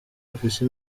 afise